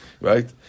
Right